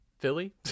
philly